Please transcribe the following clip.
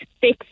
six